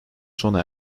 sona